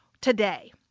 today